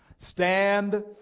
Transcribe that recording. Stand